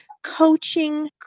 coaching